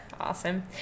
Awesome